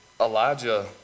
Elijah